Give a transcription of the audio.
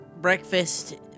Breakfast